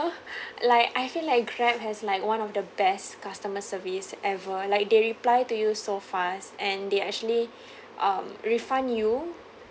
like I feel like Grab has like one of the best customer service ever like they reply to you so fast and they actually um refund you